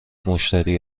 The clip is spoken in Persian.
مشتری